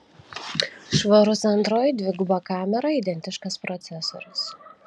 švarus android dviguba kamera identiškas procesorius